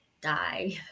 Die